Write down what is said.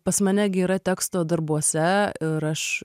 pas mane gi yra teksto darbuose ir aš